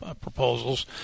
proposals